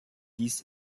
dies